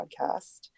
podcast